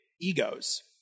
egos